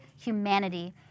humanity